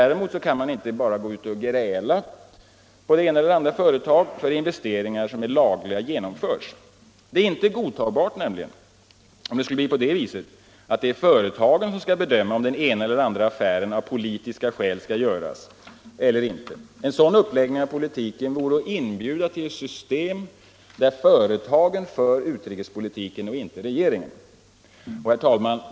Däremot kan man inte bara gräla på det ena eller andra företaget för att investeringar som är lagliga genomförs. Det är nämligen inte godtagbart att det är företagen som skall bedöma om den ena eller andra affären av politiska skäl skall göras eller inte. En sådan uppläggning av politiken vore att inbjuda till ett system där företagen för utrikespolitiken och inte regeringen. Herr talman!